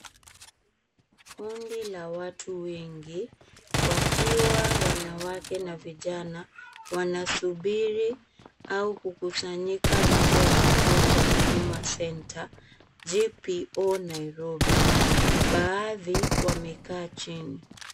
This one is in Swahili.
Kundi la watu wengi wakiwa wanawake na vijana wanasubiri au kukusanyika nje ya kituo cha Huduma Centre JPO Nairobi. Baadhi wamekaa chini.